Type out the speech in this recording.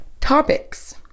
topics